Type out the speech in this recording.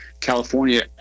California